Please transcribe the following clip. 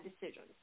decisions